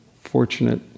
fortunate